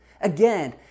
Again